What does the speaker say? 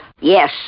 Yes